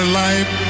life